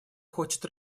хочет